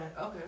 Okay